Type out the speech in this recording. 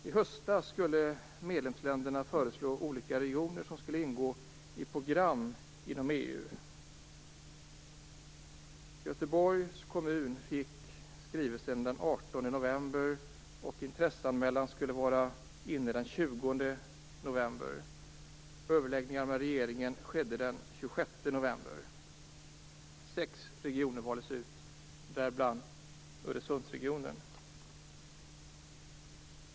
I höstas skulle medlemsländerna föreslå olika regioner som skulle ingå i program inom EU. Göteborgs kommun fick skrivelsen den 18 november. Överläggningar med regeringen skedde den 26 november. Sex regioner valdes ut, däribland Öresundsregionen.